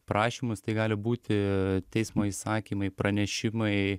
prašymus tai gali būti teismo įsakymai pranešimai